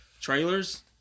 trailers